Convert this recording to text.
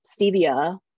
Stevia